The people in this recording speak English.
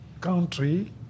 country